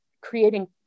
creating